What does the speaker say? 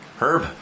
Herb